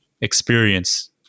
experience